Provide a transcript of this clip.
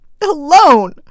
alone